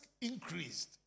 increased